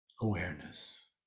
awareness